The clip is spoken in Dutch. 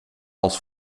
als